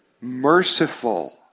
merciful